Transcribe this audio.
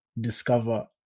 discover